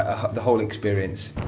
the whole experience.